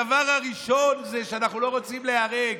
הדבר הראשון הוא שאנחנו לא רוצים להיהרג.